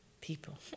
People